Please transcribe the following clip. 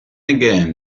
again